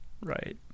Right